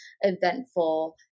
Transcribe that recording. eventful